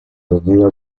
avenida